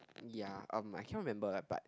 ya um I cannot remember lah but